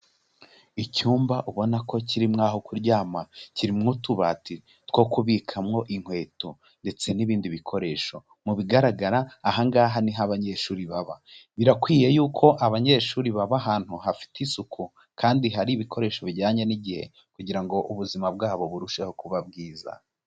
Icyumba ubona ko kirimwo aho kuryama, kirimo utubati two kubikamo inkweto ndetse n'ibindi bikoresho mu bigaragara aha ngaha ni ho abanyeshuri baba, birakwiye y'uko abanyeshuri baba ahantu hafite isuku kandi hari ibikoresho bijyanye n'igihe kugira ngo ubuzima bwabo burusheho kuba bwiza.